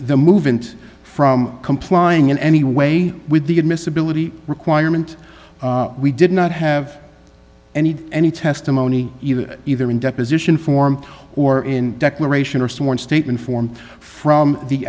the movement from complying in any way with the admissibility requirement we did not have any any testimony either either in deposition form or in declaration or sworn statement form from the